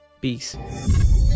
Peace